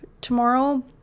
tomorrow